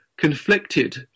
conflicted